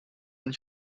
und